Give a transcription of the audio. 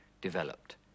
developed